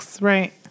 Right